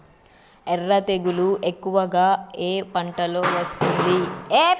ఎర్ర తెగులు ఎక్కువగా ఏ పంటలో వస్తుంది?